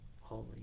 holy